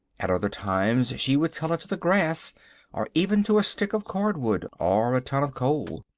at other times she would tell it to the grass or even to a stick of cordwood or a ton of coal.